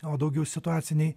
o daugiau situaciniai